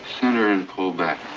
center in, pull back.